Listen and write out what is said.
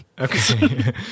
okay